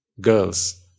girls